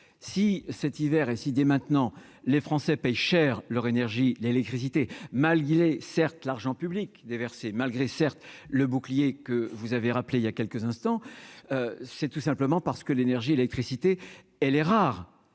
si cet hiver et si dès maintenant les Français payent cher leur énergie l'électricité mal il est certes l'argent public malgré certes le bouclier que vous avez rappelé il y a quelques instants, c'est tout simplement parce que l'énergie l'électricité elle est rare